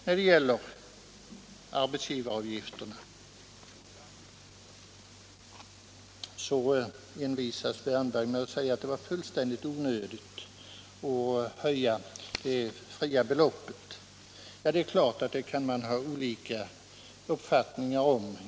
När det gäller arbetsgivaravgifterna envisas herr Wärnberg med att säga att det var fullständigt onödigt att höja det fria beloppet. Det kan man givetvis ha olika uppfattningar om.